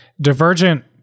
divergent